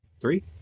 three